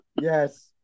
yes